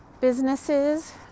businesses